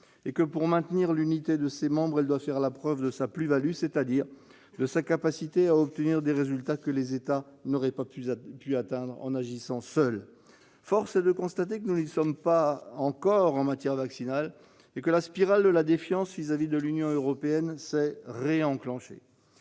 politique. Pour maintenir l'unité de ses membres, elle doit faire la preuve de sa plus-value, c'est-à-dire de sa capacité à obtenir des résultats que les États n'auraient pu atteindre en agissant seuls. Force est de constater que nous n'y sommes pas encore en matière vaccinale, et que la spirale de la défiance envers l'Union européenne s'est réenclenchée.